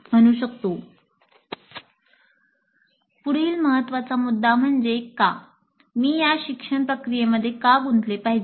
' 'मी या शिक्षण प्रक्रियेमध्ये का गुंतले पाहिजे